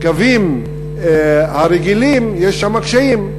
בקווים הרגילים יש קשיים.